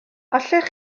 allech